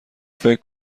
فکر